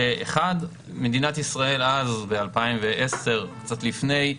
מדינת ישראל אז, ב-2010, קצת לפני,